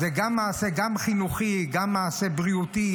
זה גם מעשה חינוכי, גם מעשה בריאותי.